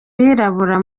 birabura